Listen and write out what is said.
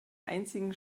einzigen